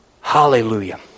hallelujah